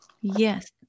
Yes